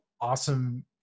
awesome